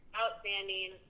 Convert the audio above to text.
outstanding